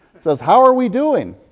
it says ihow are we doing?